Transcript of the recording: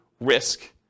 risk